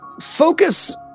focus